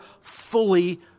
fully